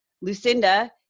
Lucinda